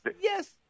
yes